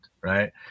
Right